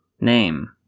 name